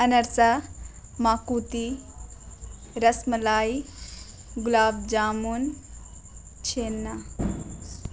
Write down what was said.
انرسہ ماکوتی رس ملائی گلاب جامن چھینا